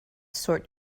sort